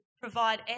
provide